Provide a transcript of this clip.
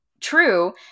True